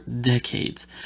decades